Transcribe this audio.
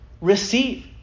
receive